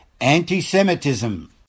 anti-Semitism